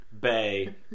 Bay